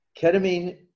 ketamine